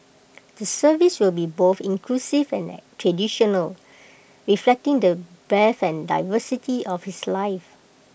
the service will be both inclusive and traditional reflecting the breadth and diversity of his life